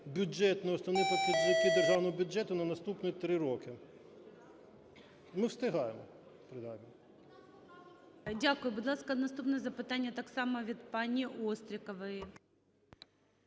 бюджетні, основні показники Державного бюджету на наступні 3 роки. Ми встигаємо. ГОЛОВУЮЧИЙ. Дякую. Будь ласка, наступне запитання так само від пані Острікової.